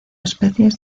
especies